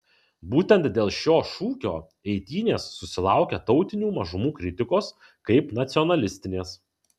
būtent dėl šio šūkio eitynės susilaukia tautinių mažumų kritikos kaip nacionalistinės